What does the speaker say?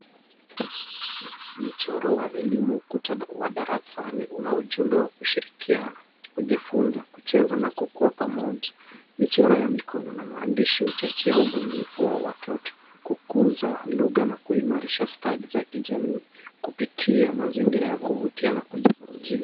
Mchoro wa elimu ukuta wa darasani una ujumbe wa kushirikiana, kujifunza , kucheza na kukuwa pamoja . Michoro ya mikono na maandishi huchochea ubunifu wa watoto ,kukuza lugha na kuimarisha stadi za kijamii kupitia mazingira ya kuvutia na kuzungumzia.